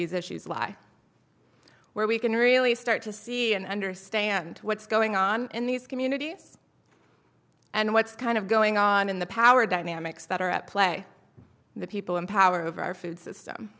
these issues lie where we can really start to see and understand what's going on in these communities and what's kind of going on in the power dynamics that are at play the people in power over our food system